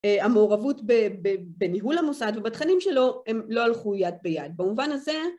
המעורבות בניהול המוסד ובתכנים שלו הם לא הלכו יד ביד, במובן הזה